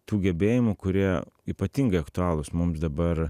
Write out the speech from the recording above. tų gebėjimų kurie ypatingai aktualūs mums dabar